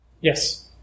Yes